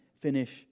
finish